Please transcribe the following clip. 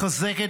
לחזק את